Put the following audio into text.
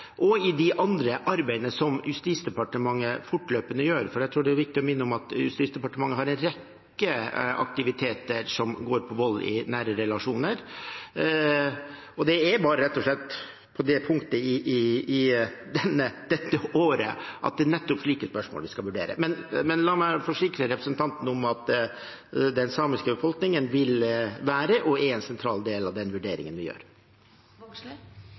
som Justisdepartementet fortløpende gjør, for jeg tror det er viktig å minne om at Justisdepartementet har en rekke aktiviteter som går på vold i nære relasjoner, og det er rett og slett bare på det punktet i dette året at det er nettopp slike spørsmål vi skal vurdere. Men la meg forsikre representanten om at den samiske befolkningen vil være og er en sentral del av den vurderingen vi